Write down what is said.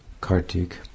Kartik